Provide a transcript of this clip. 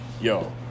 Yo